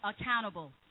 accountable